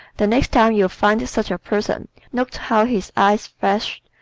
the next time you find such a person note how his eyes flash,